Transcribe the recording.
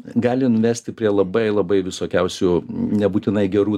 gali nuvesti prie labai labai visokiausių nebūtinai gerų